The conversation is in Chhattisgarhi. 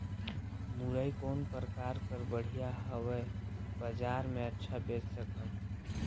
मुरई कौन प्रकार कर बढ़िया हवय? बजार मे अच्छा बेच सकन